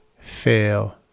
fail